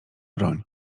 broń